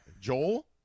joel